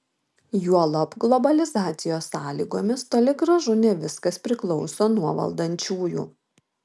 juolab globalizacijos sąlygomis toli gražu ne viskas priklauso nuo valdančiųjų